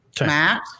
Matt